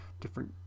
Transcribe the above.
different